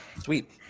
Sweet